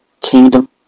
kingdom